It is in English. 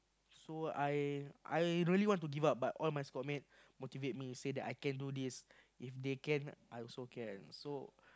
so I I really want to give up but one of my score mate motivate me say that I can do this if they can I also can so